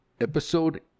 episode